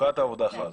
חוקת העבודה חלה.